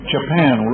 Japan